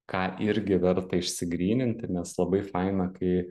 ką irgi verta išsigryninti nes labai faina kai